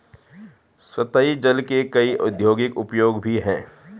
सतही जल के कई औद्योगिक उपयोग भी हैं